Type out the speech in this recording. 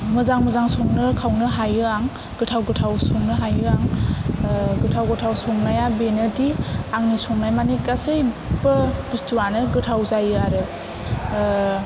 मोजां मोजां संनो खावनो हायो आं गोथाव गोथाव संनो हायो आं गोथाव गोथाव संनाया बेनोदि आंनि संनाय मानि गासैबो बस्थुवानो गोथाव जायो आरो